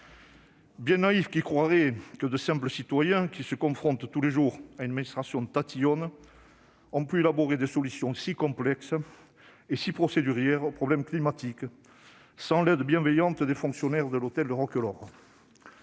Bien naïf qui croirait que de simples citoyens, confrontés tous les jours à une administration tatillonne, ont pu élaborer des solutions si complexes et si procédurières aux problèmes climatiques sans l'aide bienveillante des fonctionnaires de l'hôtel de Roquelaure.